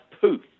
poof